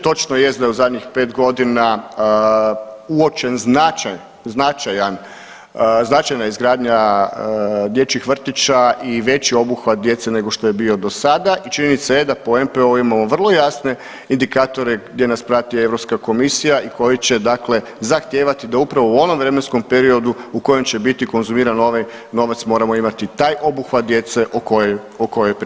Točno jest da je u zadnjih 5 godina uočen značaj, značajan, značajna izgradnja dječjih vrtića i veći obuhvat djece nego što je bio dosada i činjenica je da po NPO-u imamo vrlo jasne indikatore gdje nas prati Europska komisija i koji će dakle zahtijevati da upravo u onom vremenskom periodu u kojem će biti konzumiran ovaj novac moramo imati taj obuhvat djece o kojoj, o kojoj pričamo, da.